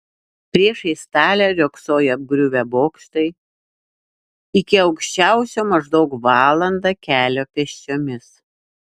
priešais talę riogsojo apgriuvę bokštai iki aukščiausio maždaug valanda kelio pėsčiomis